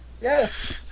Yes